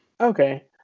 okay